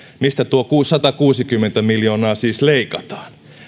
mistä tuo satakuusikymmentä miljoonaa siis leikataan